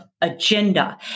agenda